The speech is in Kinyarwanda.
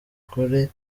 gore